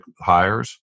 hires